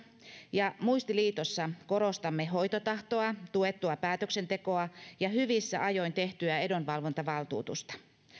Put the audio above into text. ja muistiliitossa korostamme hoitotahtoa tuettua päätöksentekoa ja hyvissä ajoin tehtyä edunvalvontavaltuutusta